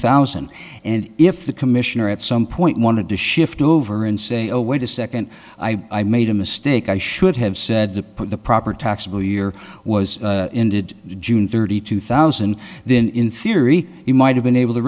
thousand and if the commissioner at some point wanted to shift over and say oh wait a second i made a mistake i should have said the put the proper taxable year was ended june thirty two thousand then in theory he might have been able to